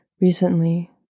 recently